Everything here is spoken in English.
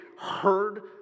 heard